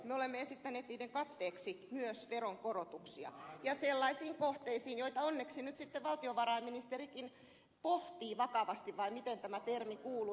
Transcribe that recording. me olemme esittäneet niiden katteeksi myös veronkorotuksia ja sellaisiin kohteisiin joita onneksi nyt sitten valtiovarainministerikin pohtii vakavasti vai miten tämä termi kuului